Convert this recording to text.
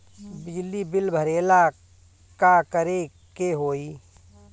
बिजली बिल भरेला का करे के होई?